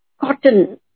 cotton